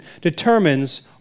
determines